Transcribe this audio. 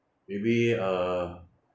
maybe uh